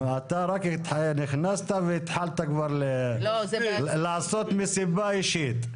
נו, אתה רק נכנסת והתחלת כבר לעשות מסיבה אישית.